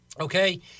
Okay